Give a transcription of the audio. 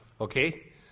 okay